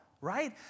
right